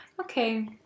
okay